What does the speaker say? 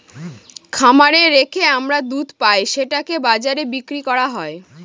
খামারে রেখে আমরা দুধ পাই সেটাকে বাজারে বিক্রি করা হয়